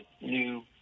new